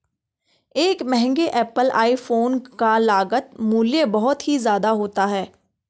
एक महंगे Apple iPhone का लागत मूल्य बहुत ही ज्यादा होता है